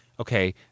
Okay